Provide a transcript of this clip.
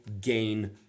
gain